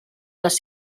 les